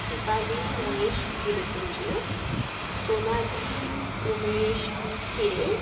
Dipali Naresh Giripunje Sonali Umesh Hire